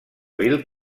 bill